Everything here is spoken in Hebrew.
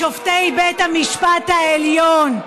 משופטי בית המשפט העליון.